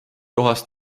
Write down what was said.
kohas